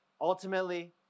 Ultimately